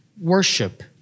worship